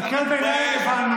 קריאת ביניים, הבנו.